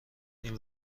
این